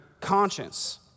conscience